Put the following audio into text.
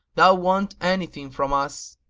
thou want anything from us,